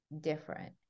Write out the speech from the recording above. different